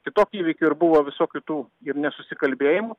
kitokių įvykių ir buvo visokių tų ir nesusikalbėjimų